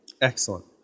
Excellent